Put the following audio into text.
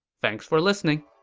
thanks for listening!